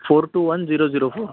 four two one zero zero four